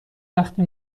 وقتی